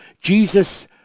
Jesus